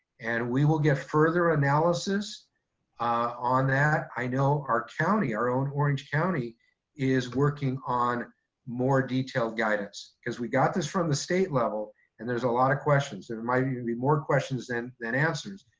and we will get further analysis ah on that. i know our county, our own orange county is working on more detailed guidance. cause we got this from the state level and there's a lot of questions. there might even be more questions than than answers.